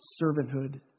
servanthood